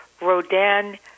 Rodin